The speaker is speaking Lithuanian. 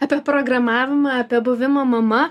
apie programavimą apie buvimą mama